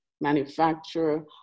manufacturer